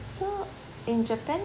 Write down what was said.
so in japan